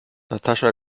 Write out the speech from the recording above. natascha